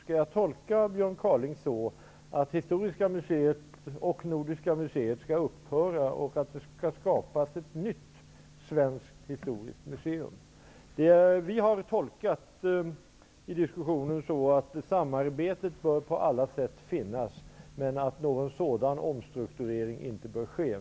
Skall jag tolka Björn Kaaling så att Historiska museet och Nordiska museet skall upphöra och att det skall skapas ett nytt svenskt historiskt museum? I diskussionen har vi gjort tolkningen att samarbetet bör finnas på alla sätt, men att någon sådan omstrukturering inte bör ske.